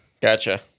Gotcha